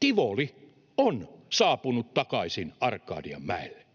tivoli on saapunut takaisin Arkadianmäelle.